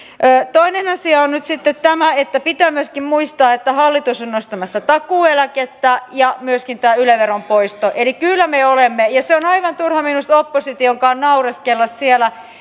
toinen asia on nyt sitten että pitää myöskin muistaa että hallitus on nostamassa takuu eläkettä ja on myöskin tämä yle veron poisto eli kyllä me olemme ja se on aivan turha minusta oppositionkaan naureskella siellä